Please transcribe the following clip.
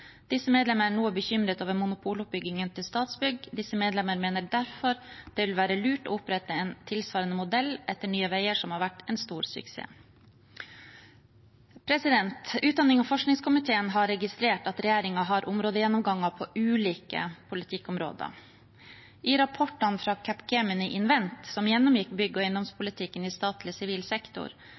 Disse medlemmer er noe bekymret over monopoloppbyggingen til Statsbygg, disse medlemmer mener derfor det vil være lurt å opprette en tilsvarende modell etter Nye Veier som har vært en stor suksess.» Utdannings- og forskningskomiteen har registrert at regjeringen har områdegjennomganger på ulike politikkområder. I rapportene fra Capgemini Invent, som gjennomgikk bygg- og eiendomspolitikken i statlig sivil sektor,